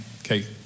Okay